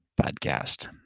Podcast